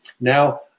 Now